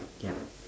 yup